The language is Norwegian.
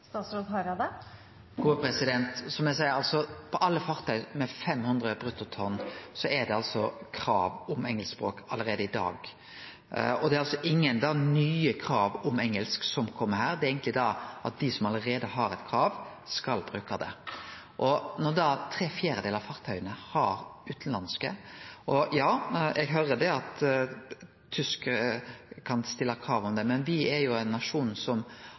allereie i dag, og det er altså ingen nye krav om engelsk som kjem her. Det er eigentleg slik at dei som allereie har eit krav om engelsk, skal bruke det. Tre fjerdedelar av fartøya har utanlandske statsborgarar. Ja, eg høyrer at ein i Tyskland kan stille krav om det, men me er jo ein nasjon som har eit språk som me ikkje kan forvente at alle utanlandske statsborgarar skal kunne beherske eller handtere. Det viktigaste signalet eg har lyst til å gi, er at det er sjøsikkerheita som